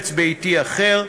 חפץ ביתי אחר,